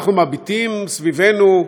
אנחנו מביטים סביבנו,